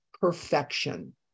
perfection